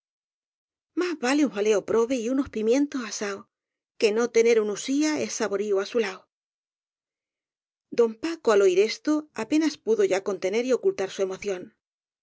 más vale un jaleo probe y unos pimientos asaos que no tener un usía esaborío á su lao don paco al oir esto apenas pudo ya contener y ocultar su emoción